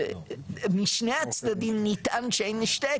משני הצדדים נטען שאין השתק,